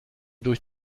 durch